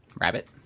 Rabbit